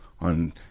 on